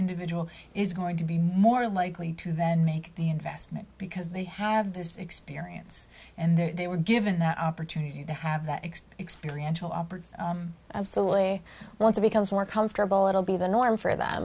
individual is going to be more likely to then make the investment because they have this experience and there they were given that opportunity to have that experience to operate absolutely want to become more comfortable it'll be the norm for th